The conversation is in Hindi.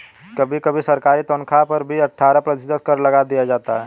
कभी कभी सरकारी तन्ख्वाह पर भी अट्ठारह प्रतिशत कर लगा दिया जाता है